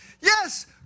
Yes